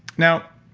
now,